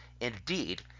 Indeed